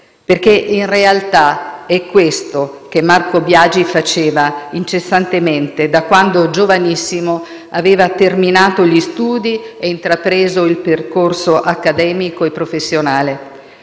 perché in realtà è questo che Marco Biagi faceva incessantemente, da quando giovanissimo aveva terminato gli studi e intrapreso il percorso accademico e professionale.